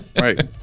Right